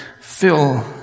fill